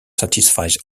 satisfies